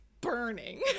burning